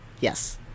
yes